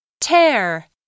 Tear